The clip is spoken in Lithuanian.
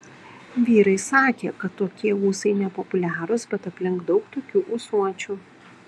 vyrai sakė kad tokie ūsai nepopuliarūs bet aplink daug tokių ūsuočių